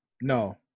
No